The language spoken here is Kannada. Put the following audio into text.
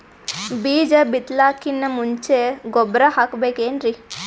ಬೀಜ ಬಿತಲಾಕಿನ್ ಮುಂಚ ಗೊಬ್ಬರ ಹಾಕಬೇಕ್ ಏನ್ರೀ?